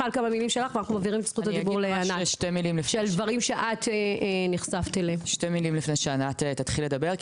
אני אומר שתי מילים לפני שענת תתחיל לדבר כי